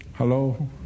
Hello